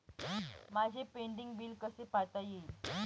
माझे pending bill कसे पाहता येईल?